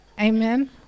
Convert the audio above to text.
amen